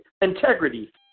Integrity